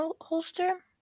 holster